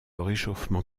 réchauffement